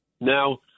Now